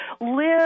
live